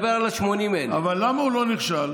כשנדבר על 80,000, אבל למה הוא לא נכשל?